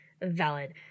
valid